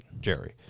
Jerry